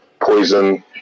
poison